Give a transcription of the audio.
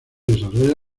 desarrolla